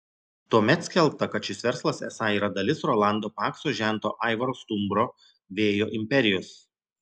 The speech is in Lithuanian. tuomet skelbta kad šis verslas esą yra dalis rolando pakso žento aivaro stumbro vėjo imperijos